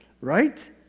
right